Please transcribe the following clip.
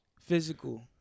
physical